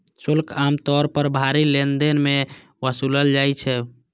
शुल्क आम तौर पर भारी लेनदेन मे वसूलल जाइ छै